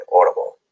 Audible